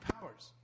powers